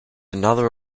another